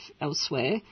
elsewhere